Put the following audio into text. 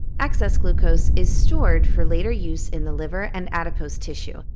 excess glucose is stored for later use in the liver and adipose tissue,